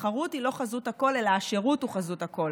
שתחרות היא לא חזות הכול אלא השירות הוא חזות הכול.